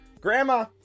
Grandma